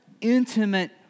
intimate